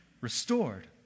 restored